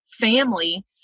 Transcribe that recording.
family